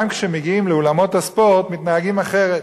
גם כשמגיעים לאולמות הספורט מתנהגים אחרת.